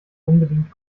unbedingt